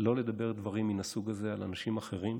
לא לדבר דברים מהסוג הזה על אנשים אחרים.